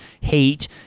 hate